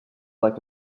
like